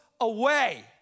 away